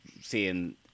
seeing